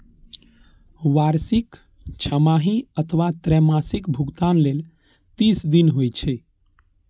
वार्षिक, छमाही अथवा त्रैमासिक भुगतान लेल तीस दिन होइ छै